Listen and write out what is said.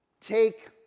Take